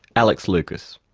alex loukas.